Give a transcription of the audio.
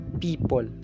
people